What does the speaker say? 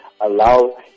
allow